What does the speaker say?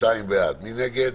מי נגד?